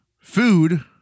food